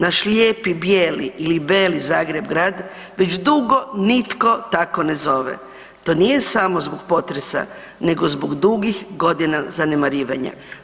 Naš lijepi bijeli ili Beli Zagreb Grad već dugo nitko tako ne zove, to nije samo zbog potreba nego zbog dugih godina zanemarivanja.